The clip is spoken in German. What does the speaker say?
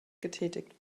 getätigt